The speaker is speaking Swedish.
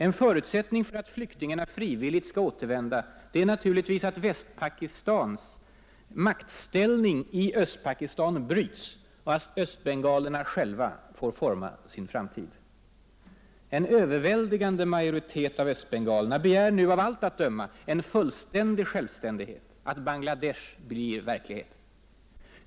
En förutsättning för att flyktingarna frivilligt skall återvända är naturligtvis att Västpakistans maktställning i Östpakistan bryts och att östbengalerna själva får forma sin framtid. En överväldigande majoritet av östbengalerna begär nu, av allt att döma, en fullständig självständighet, att Bangla Desh blir verklighet.